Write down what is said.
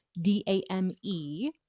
d-a-m-e